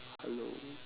hello